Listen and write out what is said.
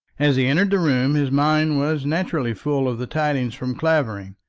as he entered the room his mind was naturally full of the tidings from clavering.